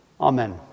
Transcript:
amen